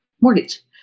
mortgage